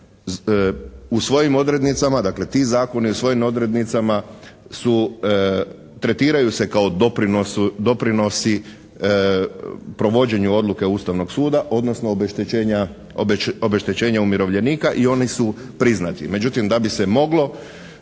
u svojim odrednicama, dakle ti zakoni u svojim odrednicama su, tretiraju se kao doprinosi provođenju odluke Ustavnog suda, odnosno obeštećenja umirovljenika i oni su priznati. Međutim, da bi se moglo